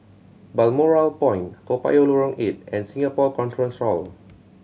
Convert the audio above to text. Balmoral Point Toa Payoh Lorong Eight and Singapore Conference Hall